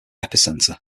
epicenter